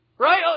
Right